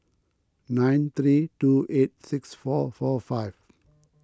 nine three two eight six four four five